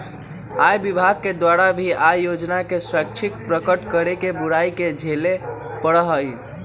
आय विभाग के द्वारा भी आय योजना के स्वैच्छिक प्रकट करे के बुराई के झेले पड़ा हलय